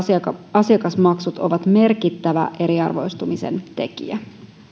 asiakasmaksut ovat merkittävä eriarvoistumisen tekijä